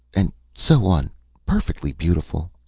and so on perfectly beautiful!